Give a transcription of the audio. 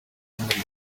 y’umuriro